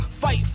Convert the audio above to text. fight